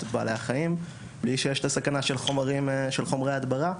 את בעלי החיים בלי שיש את הסכנה של חומרי הדברה.